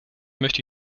möchte